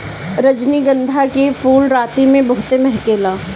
रजनीगंधा के फूल राती में बहुते महके ला